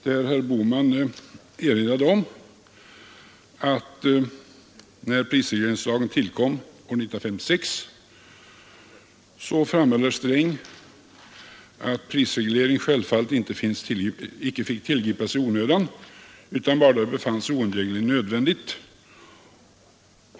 Herr Bohman erinrade om att herr Sträng, när prisregleringslagen tillkom 1956, framhöll att prisreglering självfallet inte fick tillgripas i onödan utan bara då det befanns oundgängligen nödvändigt.